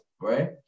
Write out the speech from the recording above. right